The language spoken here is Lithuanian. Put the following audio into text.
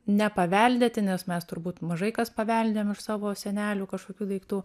nepaveldėti nes mes turbūt mažai kas paveldėjom iš savo senelių kažkokių daiktų